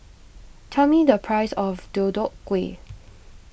tell me the price of Deodeok Gui